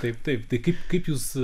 taip taip tai kaip kaip jūs